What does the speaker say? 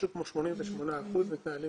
כאשר משהו כמו 88 אחוזים מתנהלים